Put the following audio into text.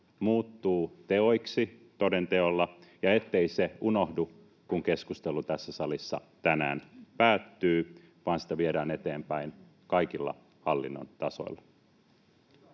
muuttuu teoiksi toden teolla ja ettei se unohdu, kun keskustelu tässä salissa tänään päättyy, vaan sitä viedään eteenpäin kaikilla hallinnon tasoilla.